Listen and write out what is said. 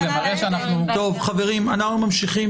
אנחנו ממשיכים.